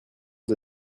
aux